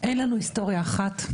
אין לנו היסטוריה אחת.